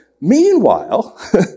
meanwhile